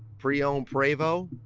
pre-owned prevost,